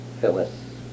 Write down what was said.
Phyllis